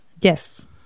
Yes